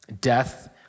Death